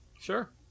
Sure